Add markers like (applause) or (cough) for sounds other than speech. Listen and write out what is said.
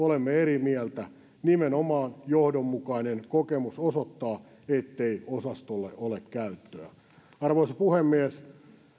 (unintelligible) olemme eri mieltä nimenomaan johdonmukainen kokemus osoittaa ettei osastolle ole käyttöä arvoisa puhemies